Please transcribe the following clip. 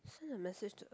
send a message to